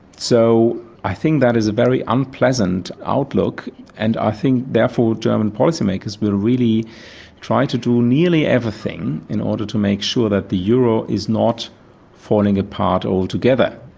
so i think that is a very unpleasant outlook and i think therefore german policymakers will really try to do nearly everything in order to make sure that the euro is not falling apart altogether.